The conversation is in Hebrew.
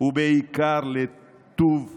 בעיקר לטוב לב,